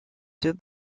deux